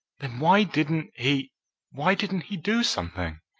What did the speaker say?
then why didn't he why didn't he do something?